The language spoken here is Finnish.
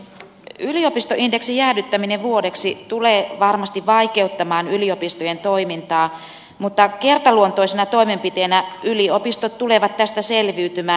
yliopistoindeksin jäädyttäminen vuodeksi tulee varmasti vaikeuttamaan yliopistojen toimintaa mutta kertaluonteisena toimenpiteenä yliopistot tulevat tästä selviytymään